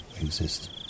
exist